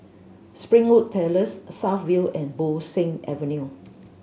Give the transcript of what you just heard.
Springwood Terrace South View and Bo Seng Avenue